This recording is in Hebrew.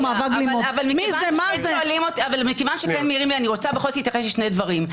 אבל מכיוון שכן מעירים לי אני רוצה בכל זאת להתייחס לשני דברים.